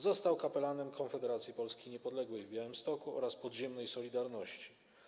Został kapelanem Konfederacji Polski Niepodległej w Białymstoku oraz podziemnej „Solidarności”